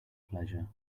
pleasure